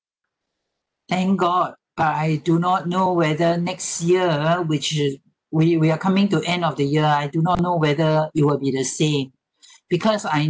thank god but I do not know whether next year which is we we are coming to end of the year I do not know whether it will be the same because I